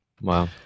Wow